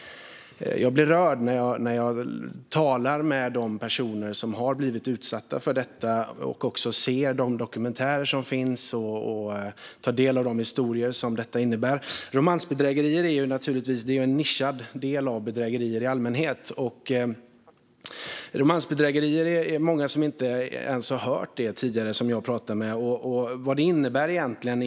Jag blir rörd när jag talar med personer som blivit utsatta för detta, ser de dokumentärer som finns och tar del av historier om vad detta innebär. Romansbedrägerier är naturligtvis en nischad del av bedrägerier i allmänhet. Många som jag pratar med har inte ens hört om romansbedrägerier tidigare.